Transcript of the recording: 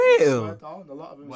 real